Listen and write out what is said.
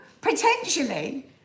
potentially